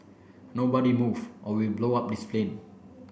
nobody move or we blow up this plane